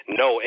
no